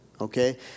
okay